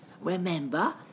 Remember